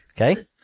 Okay